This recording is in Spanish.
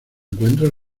encuentra